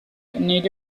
nid